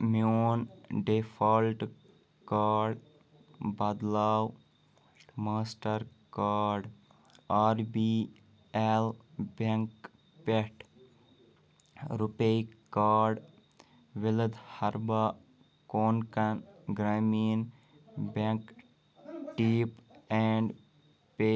میون default card بدلاو master card R B L bank پٮ۪ٹھ RuPay card Vidarbha Konkan Gramin bank tap and pay